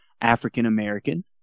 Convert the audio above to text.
African-American